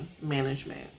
Management